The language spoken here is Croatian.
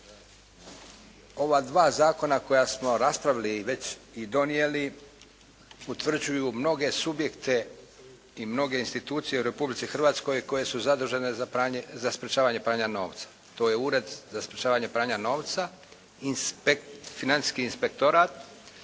Ova dva zakona koja smo raspravili već i donijeli utvrđuju mnoge subjekte i mnoge institucije u Republici Hrvatskoj koje su zadužene za sprječavanje pranja novca. To je Ured za sprječavanje pranja novca, Financijski inspektorat,